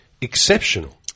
exceptional